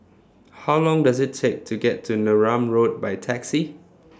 How Long Does IT Take to get to Neram Road By Taxi